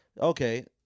okay